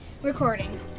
Recording